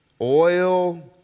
oil